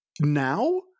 Now